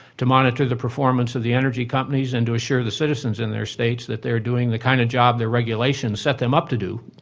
to monitor the performance of the energy companies and to assure the citizens in their states that they are doing the kind of job the regulation set them up to do,